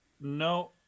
No